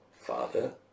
father